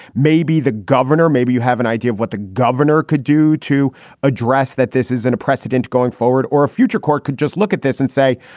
maybe the governor, maybe you have an idea of what the governor could do to address that. this isn't a precedent going forward or a future court could just look at this and say,